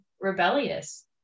rebellious